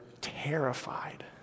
terrified